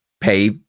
pay